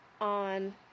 on